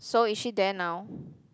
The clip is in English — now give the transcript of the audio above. so is she there now